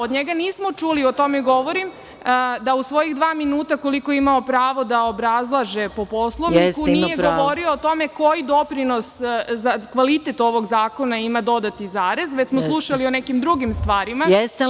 Od njega nismo čuli da u svojih dva minuta, koliko je imao pravo da obrazlaže, po Poslovniku, nije govorio o tome koji doprinos za kvalitet ovog zakona ima dodati zarez, već smo slušali o nekim drugim stvarima i kao i svaki put…